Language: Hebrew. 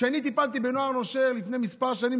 כשאני טיפלתי בנוער נושר לפני כמה שנים,